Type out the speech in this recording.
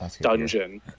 dungeon